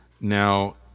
Now